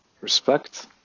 Respect